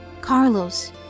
Carlos